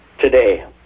today